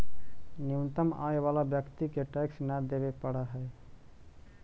न्यूनतम आय वाला व्यक्ति के टैक्स न देवे पड़ऽ हई